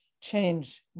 change